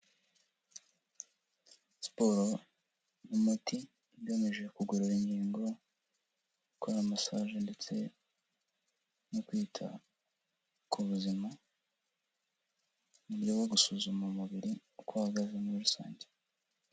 Siporo n’umuti ugamije kugorora ingingo, gukora massage ndetse no kwita ku buzima mu buryo bwo gusuzuma umubiri uko uhagaze muri rusange.